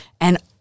and-